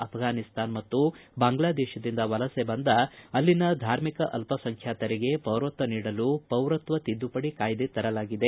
ಅಭ್ರಾನಿಸ್ತಾನ ಮತ್ತು ಬಾಂಗ್ಲಾ ದೇಶದಿಂದ ವಲಸೆ ಬಂದ ಅಲ್ಲಿನ ಧಾರ್ಮಿಕ ಅಲ್ಲಸಂಖ್ಯಾತರಿಗೆ ಪೌರತ್ವ ನೀಡಲು ಪೌರತ್ತ ತಿದ್ದುಪಡಿ ಕಾಯ್ದೆ ತರಲಾಗಿದೆ